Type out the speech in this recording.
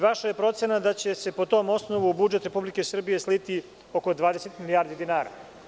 Vaša je procena da će se po tom osnovu budžet Republike Srbije sliti oko 20 milijardi dinara.